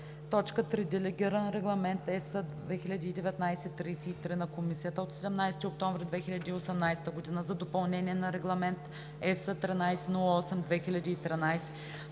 г.). 3. Делегиран регламент (ЕС) 2019/33 на Комисията от 17 октомври 2018 г. за допълнение на Регламент (ЕС) № 1308/2013